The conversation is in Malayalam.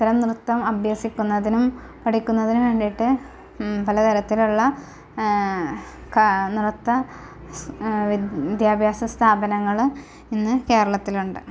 അത്തരം നൃത്തം അഭ്യസിക്കുന്നതിനും പഠിക്കുന്നതിനും വേണ്ടിയിട്ട് പല തരത്തിലുള്ള കാ നൃത്ത വിദ്യാഭ്യാസ സ്ഥാപനങ്ങൾ ഇന്ന് കേരളത്തിലുണ്ട്